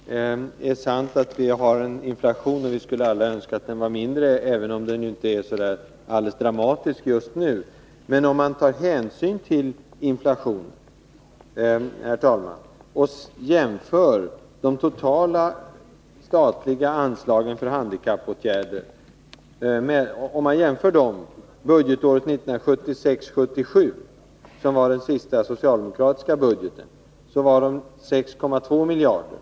Herr talman! Det är sant att vi har en inflation, och vi skulle alla önska att den var mindre, även om den inte är så där alldeles dramatisk just nu. Men om man tar hänsyn till inflationen och ser på de totala statliga anslagen för handikappåtgärder budgetåret 1976/77, som var den sista socialdemokratiska budgeten, finner man att de då var 6,2 miljarder.